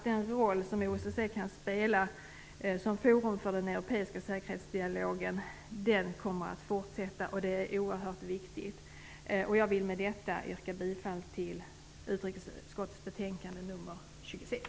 Den roll som OSSE kan spela som forum för den europeiska säkerhetsdialogen kommer att bestå, vilket är oerhört viktigt. Med detta vill jag yrka bifall till hemställan i utrikesutskottets betänkande 26.